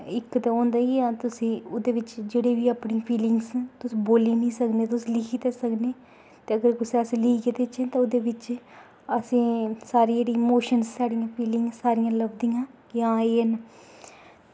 ते इक्क होन ते उस्सी ओह्दे च अपनी फीलिंग्स न तुस बोली निं सकने ते तुस लिखी ते सकने निं ते अगर अस तुसेंगी लिखियै दैचे ते एह्दे बिच्च ते असें साढ़े जेह्ड़े इमोशन्स न फीलिंग्स सारियां लैतियां क्या एह् न